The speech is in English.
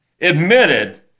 admitted